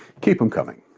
keep them coming.